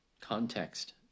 context